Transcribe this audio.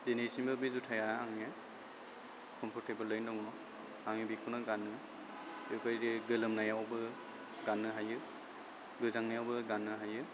दिनैसिमबो बे जुताया आंनिया कमफरटेबोलैनो दङ आङो बेखौनो गानो बेफोरबायदि गोलोमनायावबो गाननो हायो गोजांनायावबो गाननो हायो